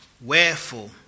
Wherefore